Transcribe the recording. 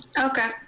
Okay